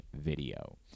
video